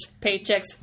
Paychecks